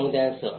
समुदायांसह